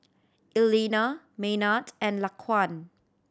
Eleanor Maynard and Laquan